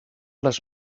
les